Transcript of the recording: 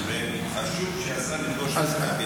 זה חשוב שהשר יפגוש את רמ"י,